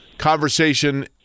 conversation